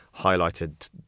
highlighted